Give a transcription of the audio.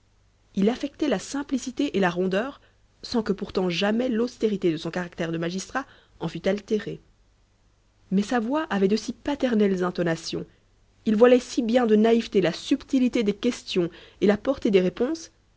il affectait la simplicité et la rondeur sans que pourtant jamais l'austérité de son caractère de magistrat en fût altérée mais sa voix avait de si paternelles intonations il voilait si bien de naïveté la subtilité des questions et la portée des réponses